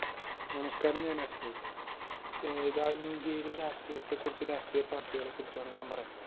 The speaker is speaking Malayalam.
നമസ്കാരം ഞാൻ അശോക് ദാ ഇന്ത്യയില് രാഷ്ട്രീയത്തെക്കുറിച്ചും രാഷ്ട്രീയ പാർട്ടികളെ കുറിച്ചുമാണ് ഞാൻ പറയുന്നത്